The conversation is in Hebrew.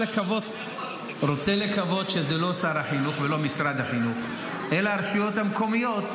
לקוות שזה לא שר החינוך ולא משרד החינוך אלא הרשויות המקומיות,